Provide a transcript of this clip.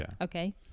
Okay